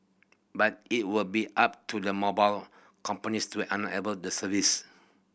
but it will be up to the mobile companies to enable the service